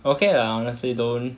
okay lah honestly don't